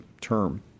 term